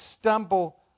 stumble